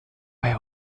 beim